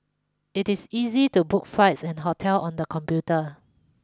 it is easy to book flights and hotel on the computer